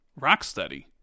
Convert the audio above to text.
Rocksteady